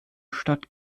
stadt